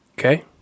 Okay